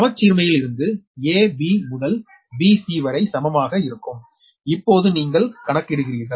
சமச்சீர்மையிலிருந்து a b முதல் b c வரை சமமாக இருக்கும் இப்போது நீங்கள் கணக்கிடுகிறீர்கள்